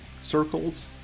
Circles